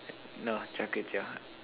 no Char-Kway-Teow